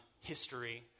history